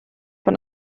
von